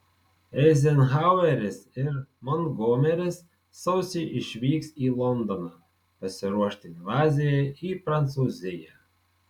eizenhaueris ir montgomeris sausį išvyks į londoną pasiruošti invazijai į prancūziją